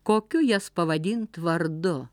kokiu jas pavadint vardu